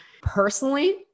Personally